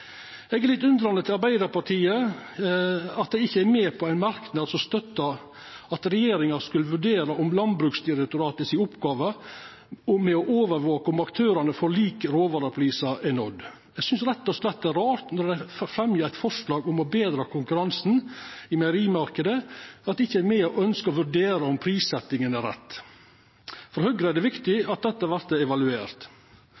Eg er litt undrande til at Arbeidarpartiet ikkje er med på ein merknad om at regjeringa skal vurdera om Landbruksdirektoratet si oppgåve med å overvake om aktørane får like råvareprisar, er nådd. Eg synest rett og slett det er rart når dei fremjar eit forslag om å betra konkurransen i meierimarknaden, at dei ikkje er med og ønskjer å vurdera om prissetjinga er rett. For Høgre er det